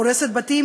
הורסת בתים,